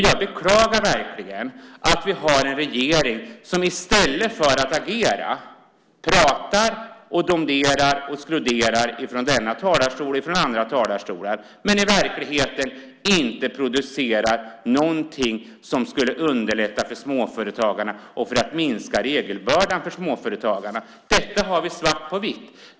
Jag beklagar verkligen att vi har en regering som i stället för att agera pratar och domderar och skroderar från denna talarstol och från andra talarstolar men i själva verket inte producerar någonting som skulle underlätta och minska regelbördan för småföretagarna. Detta har vi svart på vitt.